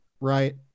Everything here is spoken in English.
right